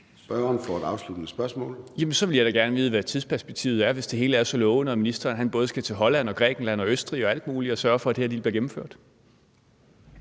Spørgeren for et afsluttende spørgsmål. Kl. 14:09 Peter Kofod (DF): Jamen så vil jeg da gerne vide, hvad tidsperspektivet er, hvis det hele er så lovende, og ministeren både skal til Holland og Grækenland og Østrig og alt muligt og sørge for, at det her bliver gennemført.